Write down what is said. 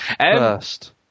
First